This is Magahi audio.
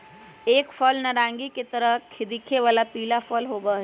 एक फल नारंगी के तरह दिखे वाला पीला फल होबा हई